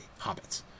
hobbits